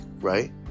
right